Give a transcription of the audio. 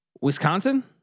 Wisconsin